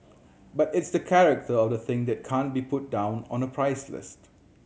but it's the character of the thing that can't be put down on a price list